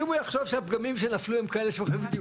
אם הוא יחשוב שהפגמים שנפלו הם כאלה חשובים,